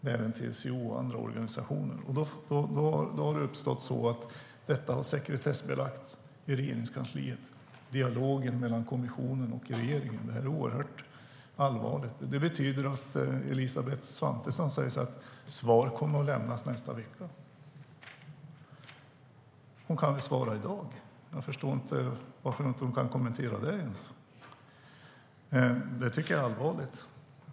Det är även TCO och andra organisationer. Då har detta uppstått att dialogen mellan kommissionen och regeringen har sekretessbelagts i Regeringskansliet. Det är oerhört allvarligt. Det betyder att Elisabeth Svantesson säger att svaret kommer att lämnas nästa vecka. Hon kan väl svara i dag! Jag förstår inte varför hon inte ens kan kommentera det. Jag tycker att det är allvarligt.